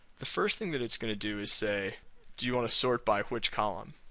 the first thing that it's going to do is say do you want to sort by which column?